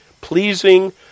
pleasing